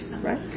right